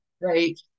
Right